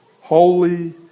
holy